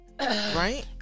right